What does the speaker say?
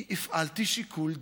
כי הפעלתי שיקול דעת.